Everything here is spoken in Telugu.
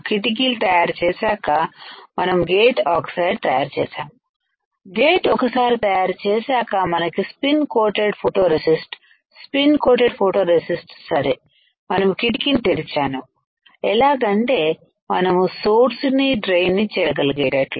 కిటికీలు తయారు చేశాక మనం గేట్ ఆక్సైడ్ తయారు చేసాము గేట్ ఒకసారి తయారు చేశాక మనకి spin coated photo resist spin coated photo resist సరే మనము కిటికీని తెరిచాను ఎలాగంటే మనము సోర్స్ నీ డ్రైన్ ని చేరగలిగేట్లు